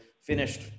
finished